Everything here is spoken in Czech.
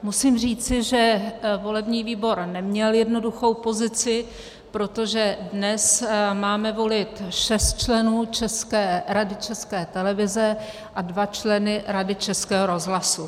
Musím říci, že volební výbor neměl jednoduchou pozici, protože dnes máme volit šest členů Rady České televize a dva členy Rady Českého rozhlasu.